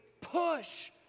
push